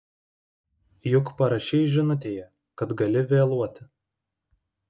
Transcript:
juk parašei žinutėje kad gali vėluoti